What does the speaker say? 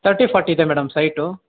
thirty forty ಇದೆ madam site